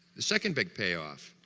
the second big payoff,